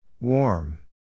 Warm